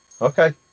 Okay